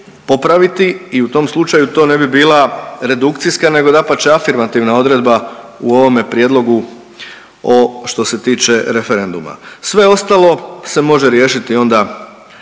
i u tom slučaju to ne bi bila redukcijska nego dapače afirmativna odredba u ovome prijedlogu o, što se tiče referenduma, sve ostalo se može riješiti onda,